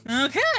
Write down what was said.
Okay